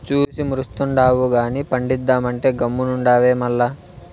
చూసి మురుస్తుండావు గానీ పండిద్దామంటే గమ్మునుండావే మల్ల